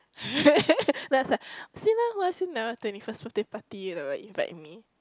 then I was like see lah who ask you never twenty first birthday party you never invite me